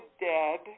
dead